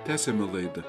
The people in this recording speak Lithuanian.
tęsiame laidą